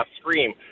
scream